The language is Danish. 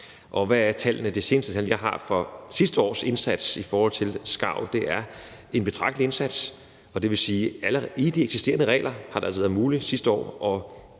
Hvad er tallene? Det seneste tal, jeg har for sidste års indsats i forhold til skarv, viser en betragtelig indsats, og det vil sige, at allerede under de eksisterende regler har Naturstyrelsen sidste år